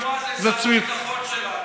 לא שמעתי שאבו מאזן הוא שר הביטחון שלנו.